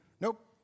Nope